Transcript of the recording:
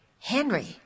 Henry